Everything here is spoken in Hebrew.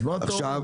אז מה אתה אומר?